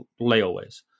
layaways